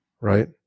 right